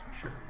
Sure